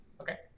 Okay